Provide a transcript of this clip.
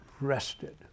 rested